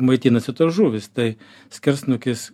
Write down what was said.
maitinasi tos žuvys tai skersnukis